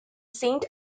saint